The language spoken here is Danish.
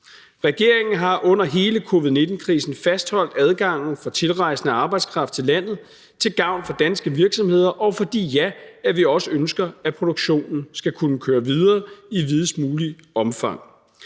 Regeringen har under hele covid-19-krisen fastholdt adgangen for tilrejsende arbejdskraft til landet til gavn for danske virksomheder, og fordi vi også ønsker, at produktionen skal kunne køre videre i videst muligt omfang.